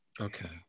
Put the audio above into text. okay